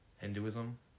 Hinduism